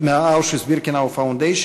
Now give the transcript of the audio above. Auschwitz-Birkenau Foundation,